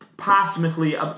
posthumously